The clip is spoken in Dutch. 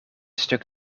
stuk